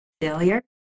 failure